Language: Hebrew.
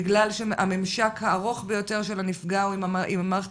בגלל שהממשק הארוך ביותר של הנפגע הוא עם מערכת